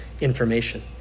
information